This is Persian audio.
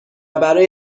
برای